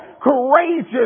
courageous